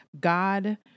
God